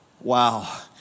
wow